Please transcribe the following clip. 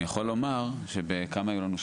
אני יכול לומר כמה היו לנו?